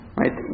right